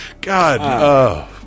god